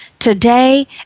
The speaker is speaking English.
Today